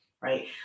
Right